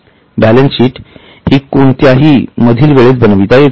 balance sheet हि कोणत्याही मधील वेळेत बनविता येते